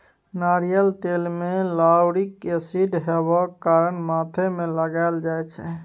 नारियल तेल मे लाउरिक एसिड हेबाक कारणेँ माथ मे लगाएल जाइ छै